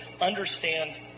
understand